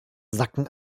sacken